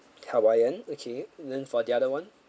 hawaiian okay and then for the other [one]